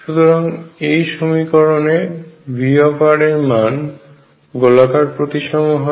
সুতরাং এই সমীকরণে V এর মান গোলাকার প্রতিসম হয়